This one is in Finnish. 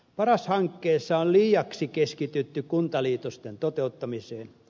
paras hankkeessa on liiaksi keskitytty kuntaliitosten toteuttamiseen